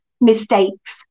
mistakes